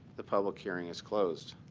the public hearing is closed.